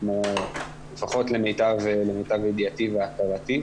לפחות למיטב ידיעתי והכרתי,